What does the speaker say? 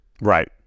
Right